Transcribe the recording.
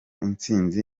intsinzi